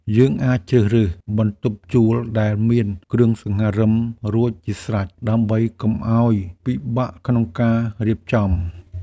យើងអាចជ្រើសរើសបន្ទប់ជួលដែលមានគ្រឿងសង្ហារិមរួចជាស្រេច ដើម្បីកុំឱ្យពិបាកក្នុងការរៀបចំ។